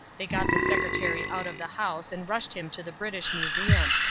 they got the secretary out of the house and rushed him to the british museum.